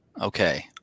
Okay